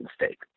mistake